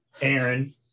Aaron